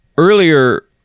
Earlier